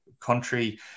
country